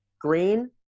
Green